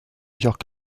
york